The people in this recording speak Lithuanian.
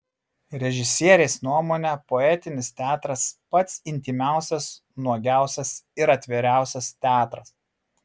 režisierės nuomone poetinis teatras pats intymiausias nuogiausias ir atviriausias teatras